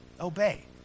obey